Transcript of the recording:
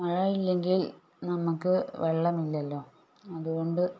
മഴയില്ലെങ്കിൽ നമുക്ക് വെള്ളമില്ലല്ലോ അത് കൊണ്ട്